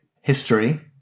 history